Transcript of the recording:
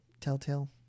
Telltale